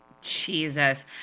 Jesus